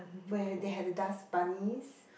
where they have to dust bunnies